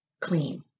clean